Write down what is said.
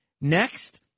Next